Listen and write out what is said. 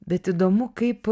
bet įdomu kaip